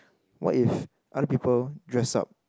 what if other people dress up